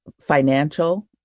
financial